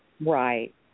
Right